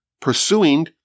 pursuing